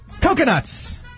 Coconuts